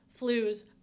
flus